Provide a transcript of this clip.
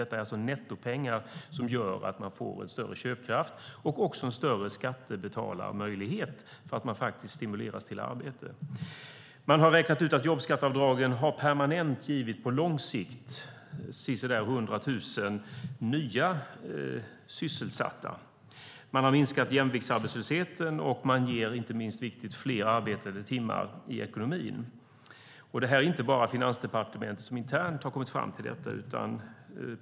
Detta är alltså nettopengar som gör att människor får en större köpkraft och också en större möjlighet att betala skatt eftersom de stimuleras till arbete. Man har räknat ut att på lång sikt har jobbskatteavdragen permanent givit sisådär 100 000 nya sysselsatta. Jämviktsarbetslösheten har minskat, och det blir, inte mindre viktigt, fler arbetade timmar i ekonomin. Det är inte bara Finansdepartementet som internt har kommit fram till detta.